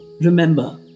Remember